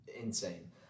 insane